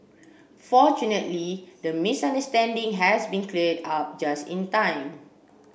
fortunately the misunderstanding has been cleared up just in time